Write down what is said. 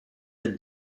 been